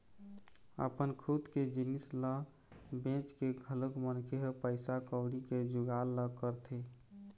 अपन खुद के जिनिस ल बेंच के घलोक मनखे ह पइसा कउड़ी के जुगाड़ ल करथे